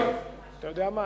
אתה יודע מה,